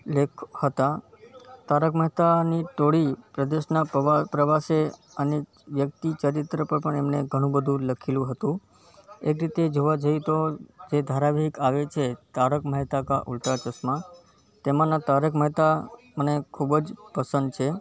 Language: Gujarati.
લેખ હતા તારક મહેતાની ટોળી પ્રદેશના પવા પ્રવાસે અને વ્યક્તિ ચરિત્ર પર એમણે ઘણું બધું લખેલું હતું એક રીતે જોવા જઈએ તો જે ધારાવાહિક આવે છે તારક મહેતા કા ઉલ્ટા ચશ્મા તેમાંના તારક મહેતા મને ખૂબ જ પસંદ છે